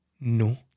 No